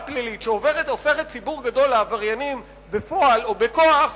פלילית שהופכת ציבור גדול לעבריינים בפועל או בכוח,